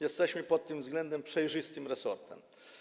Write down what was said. Jesteśmy pod tym względem przejrzystym resortem.